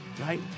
right